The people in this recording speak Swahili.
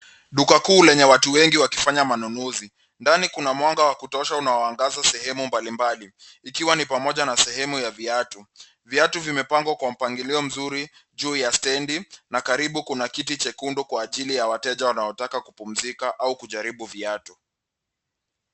Duka kuu lenye watu wengi wakifanya manunuzi, ndani kuna mwanga wa kutosha unaoangaza sehemu mbalimbali, ikiwa ni pamoja na sehemu ya viatu. Viatu vimepangwa kwa mpangilio mzuri juu ya stendi na karibu kuna kiti chekundu kwa ajili ya wateja wanaotaka kupumzika au kujaribu viatu.